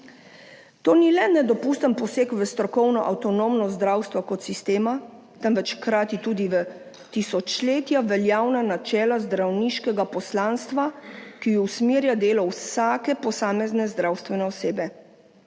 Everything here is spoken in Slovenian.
To ni le nedopusten poseg v strokovno avtonomnost zdravstva kot sistema, temveč hkrati tudi v tisočletja veljavna načela zdravniškega poslanstva, ki usmerja delo vsake posamezne zdravstvene osebe.